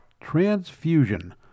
Transfusion